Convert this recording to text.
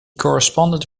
corresponded